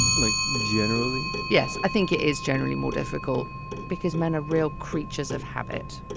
like generally, yes i think it is generally more difficult because men are real creatures of habit.